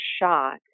shot